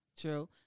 True